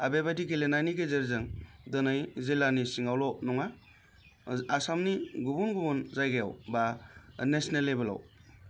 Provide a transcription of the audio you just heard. आरो बेबादि गेलेनायनि गेजेरजों दिनै जिल्लानि सिङावल' नङा आसामनि गुबुन गुबुन जायगायाव बा नेसनेल लेबेलाव